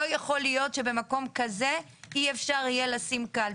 לא יכול להיות שבמקום כזה אי אפשר לשים קלפי.